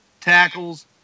tackles